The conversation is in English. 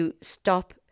stop